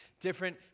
different